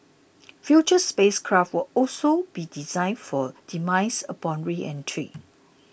future spacecraft will also be designed for demise upon reentry